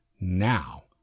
now